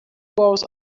goes